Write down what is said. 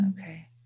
okay